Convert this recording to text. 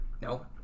No